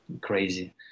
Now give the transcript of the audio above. crazy